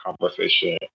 conversation